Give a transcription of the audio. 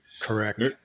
Correct